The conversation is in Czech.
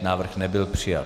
Návrh nebyl přijat.